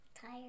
tired